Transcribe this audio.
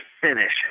finish